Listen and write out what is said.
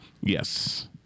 Yes